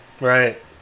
Right